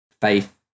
faith